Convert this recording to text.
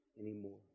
anymore